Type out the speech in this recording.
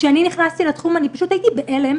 כשאני נכנסתי לתחום אני פשוט הייתי בהלם,